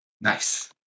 Nice